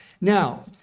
Now